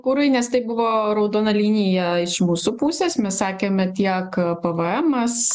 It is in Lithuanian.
kurui nes tai buvo raudona linija iš mūsų pusės mes sakėme tiek pvemas